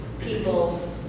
people